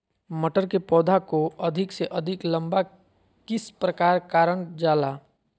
मटर के पौधा को अधिक से अधिक लंबा किस प्रकार कारण जाला?